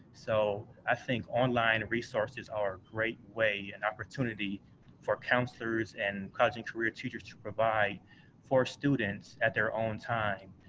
so, i think online resources are a great way and opportunity for counselors and college and career teachers to provide for students at their own time,